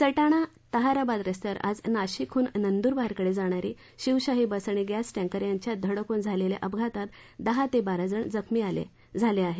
सटाणा ताहाराबाद रस्त्यावर आज नाशिकहन नंदुरबारकडे जाणारी शिवशाही बस आणि गेंस टँकर यांच्यात धडक होऊ झालेल्या अपघातात दहा ते बाराजण जखमी झाले आहेत